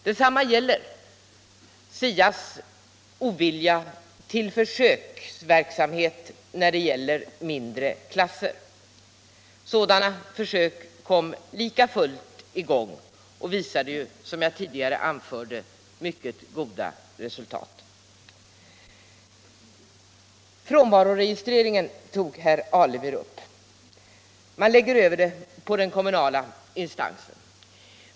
Detsamma gäller SIA:s ovilja till försöksverksamhet med mindre klasser. Sådana försök kom lika fullt i gång och visade, som jag tidigare anförde, mycket goda resultat. Frånvaroregistreringen tog herr Alemyr upp. Man vill lägga över den på den kommunala instansen.